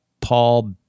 paul